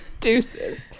deuces